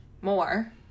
more